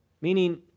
Meaning